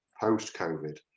post-Covid